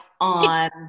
on